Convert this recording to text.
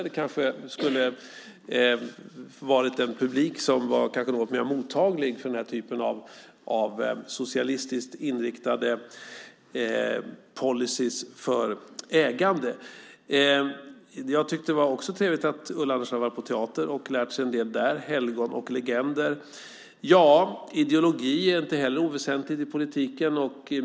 Det kanske skulle ha varit en publik som var något mer mottaglig för den här typen av socialistiskt inriktad policy för ägande. Det var också trevligt att Ulla Andersson har varit på teater och lärt sig en del där om helgon och legender. Ideologi är inte heller oväsentligt i politiken.